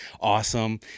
awesome